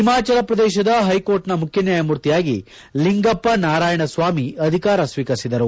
ಹಿಮಾಚಲ ಪ್ರದೇಶದ ಹೈಕೋರ್ಟ್ನ ಮುಖ್ಯ ನ್ವಾಯಮೂರ್ತಿಯಾಗಿ ಲಿಂಗಪ್ಪ ನಾರಾಯಣಸ್ವಾಮಿ ಅಧಿಕಾರ ಸ್ವೀಕರಿಸಿದರು